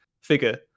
figure